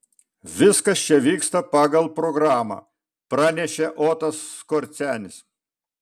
viskas čia vyksta pagal programą pranešė otas skorcenis